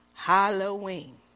Halloween